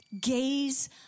gaze